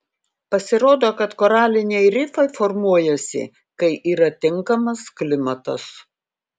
pasirodo kad koraliniai rifai formuojasi kai yra tinkamas klimatas